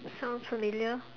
sounds familiar